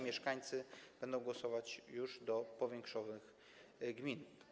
Mieszkańcy będą głosować już do powiększonych gmin.